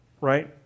right